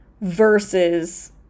versus